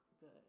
good